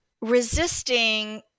resisting